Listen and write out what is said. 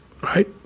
right